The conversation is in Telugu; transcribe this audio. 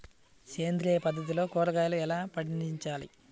సేంద్రియ పద్ధతిలో కూరగాయలు ఎలా పండించాలి?